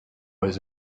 was